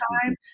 time